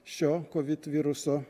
šio covid viruso